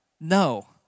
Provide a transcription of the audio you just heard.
no